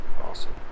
Awesome